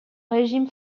régime